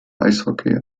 eishockey